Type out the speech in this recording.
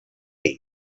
ell